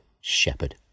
shepherd